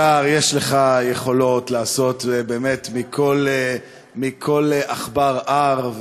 אדוני השר, יש לך יכולות לעשות מכל עכבר הר.